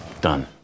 Done